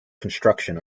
construction